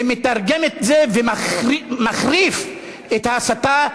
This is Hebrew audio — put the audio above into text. ומתרגם את זה ומחריף את ההסתה,